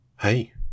Hey